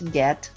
get